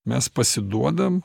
mes pasiduodam